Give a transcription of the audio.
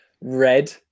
Red